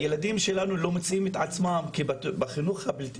הילדים שלנו לא מוצאים את עצמם כי בחינוך הבלתי